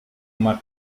uma